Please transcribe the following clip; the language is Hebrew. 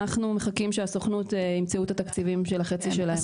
אנחנו מחכים שהסוכנות ימצאו את התקציבים של החצי שלהם.